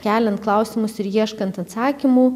keliant klausimus ir ieškant atsakymų